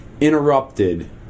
interrupted